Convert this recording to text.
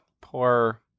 poor